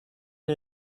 are